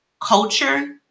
culture